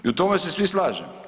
I u tome se svi slažemo.